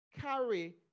carry